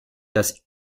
das